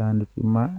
aduna